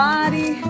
Body